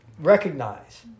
Recognize